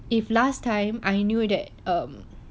if last time I knew that um